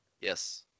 Yes